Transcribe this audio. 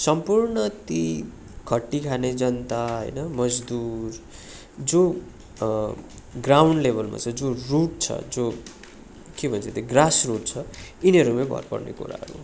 सम्पूर्ण ती खटिखाने जनता होइन मजदुर जो ग्राउन्ड लेवलमा चाहिँ जो रुट छ जो के भन्छ त्यो ग्रास रुट छ यिनीहरूमै भर पर्ने कुराहरू हो